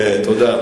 תודה.